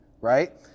right